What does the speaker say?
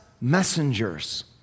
Messengers